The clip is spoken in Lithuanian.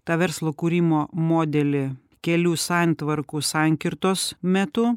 tą verslo kūrimo modelį kelių santvarkų sankirtos metu